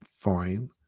fine